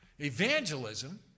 Evangelism